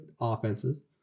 offenses